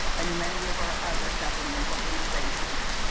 and many of our other governmental organizations.